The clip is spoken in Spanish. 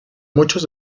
muchos